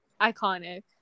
Iconic